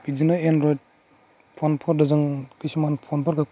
बिदिनो एनरयड फनफोरदों जों किसुमान फनफोरखौ